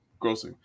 grossing